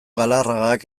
galarragak